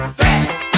dance